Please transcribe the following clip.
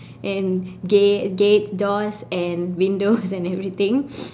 and gate gates doors and windows and everything